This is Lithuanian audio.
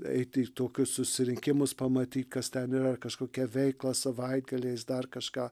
eiti į tokius susirinkimus pamatyt kas ten yra kažkokia veikla savaitgaliais dar kažką